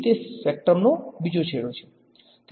તેથી તે સ્પેક્ટ્રમનો બીજો છેડો છે